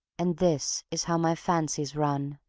and this is how my fancies run.